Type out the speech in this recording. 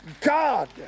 God